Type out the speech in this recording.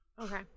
Okay